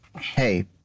hey